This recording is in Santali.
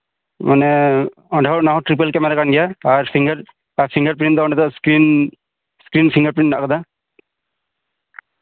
ᱢᱟᱱᱮ ᱚᱸᱰᱮ ᱦᱚᱸ ᱴᱨᱤᱯᱤᱞ ᱠᱮᱢᱮᱨᱟ ᱠᱟᱱ ᱜᱮᱭᱟ ᱟᱨ ᱥᱤᱝᱜᱮᱞ ᱯᱨᱤᱱᱴ ᱫᱚ ᱚᱸᱰᱮ ᱫᱚ ᱥᱠᱨᱤᱱ ᱯᱷᱤᱝᱜᱟᱨ ᱯᱨᱤᱱᱴ ᱦᱮᱱᱟᱜ ᱟᱠᱟᱫᱟ